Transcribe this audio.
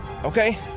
Okay